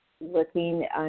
looking